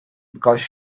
because